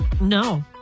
No